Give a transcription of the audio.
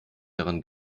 dran